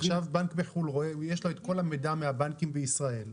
עכשיו בנק בחו"ל רואה ויש לו את כל המידע מהבנקים בישראל,